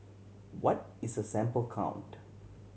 what is a sample count